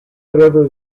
whatever